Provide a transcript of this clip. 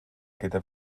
gyda